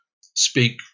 speak